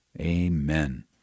Amen